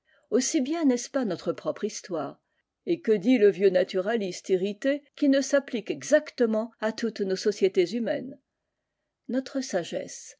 aussi bien n'est-ce pas notre propre histoire et que dit le vieux naturaliste irrité qui ne s'applique exactement à toutes nos sociétés humaines notre sagesse